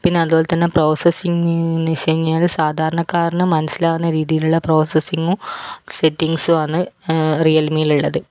പിന്നെ അതുപോലെതന്നെ പ്രോസസിംഗ് എന്ന് വച്ച്കഴിഞ്ഞാല് സാധാരണക്കാരന് മനസ്സിലാകുന്ന രീതിയിലുള്ള പ്രോസസ്സിങ്ങും സെറ്റിങ്സും ആണ് റിയൽ മീ യിൽ ഉള്ളത്